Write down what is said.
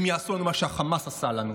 והם יעשו לנו את מה שהחמאס עשה לנו.